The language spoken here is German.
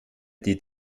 die